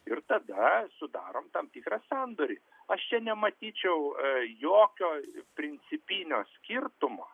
ir tada sudarom tam tikrą sandorį aš čia nematyčiau jokio principinio skirtumo